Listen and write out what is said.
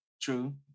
True